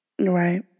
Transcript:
right